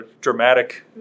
dramatic